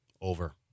Over